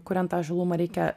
kuriant tą žalumą reikia